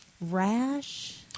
rash